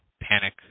panic